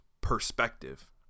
perspective